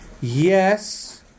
Yes